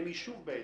אין יישוב בעצם.